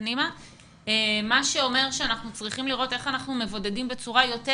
צריכים להתבייש ואנחנו צריכים לראות איך אנחנו מפרקים אותה.